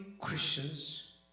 Christians